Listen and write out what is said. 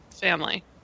family